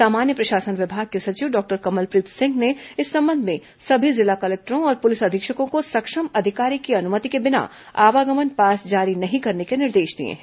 सामान्य प्रशासन विभाग के सचिव डॉक्टर कमलप्रीत सिंह ने इस संबंध में सभी जिला कलेक्टरों और पुलिस अधीक्षकों को सक्षम अधिकारी की अनुमति के बिना आवागमन पास जारी नहीं करने के निर्देश दिए हैं